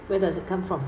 where does it come from